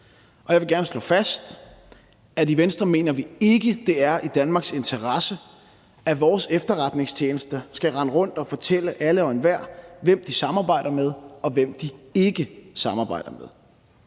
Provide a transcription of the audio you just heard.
Og jeg vil gerne slå fast, at vi i Venstre ikke mener, det er i Danmarks interesse, at vores efterretningstjenester skal rende rundt og fortælle alle og enhver, hvem de samarbejder med, og hvem de ikke samarbejder med.